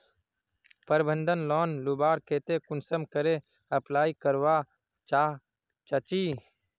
प्रबंधन लोन लुबार केते कुंसम करे अप्लाई करवा चाँ चची?